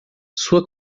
sua